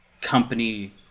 company